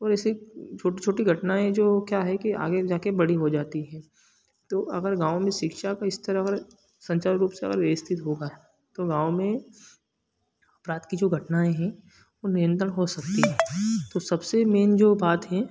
और ऐसे छोटी छोटी घटनाएँ जो क्या है कि आगे जा कर बड़ी हो जाती हैं तो अगर गाँव में शिक्षा का स्तर अगर सुचारू रूप से अगर व्यवस्थित होगा तो गाँव में अपराध की जो घटनाएँ हैं वो नियंत्रण हो सकती हैं तो सबसे मेन जो बात है